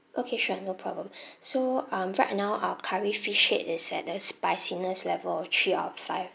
okay sure no problem so um right now our curry fish head is at the spiciness level of three out of five